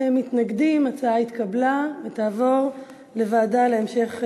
ההצעה להעביר את הצעת חוק הגנת הצרכן